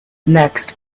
next